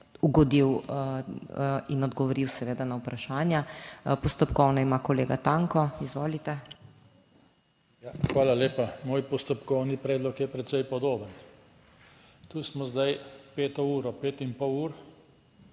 ugodil in odgovoril seveda na vprašanja. Postopkovno ima kolega Tanko, izvolite. **JOŽE TANKO (PS SDS):** Ja, hvala lepa. Moj postopkovni predlog je precej podoben. Tu smo zdaj peto uro, pet in pol ur,